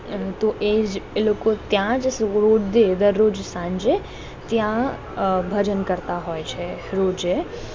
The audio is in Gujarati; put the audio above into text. તો એ જ લોકો ત્યાં જ સુ રોજે દરરોજ સાંજે ત્યાં અ ભજન કરતા હોય છે રોજે